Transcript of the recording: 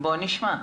בואו נשמע.